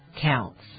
counts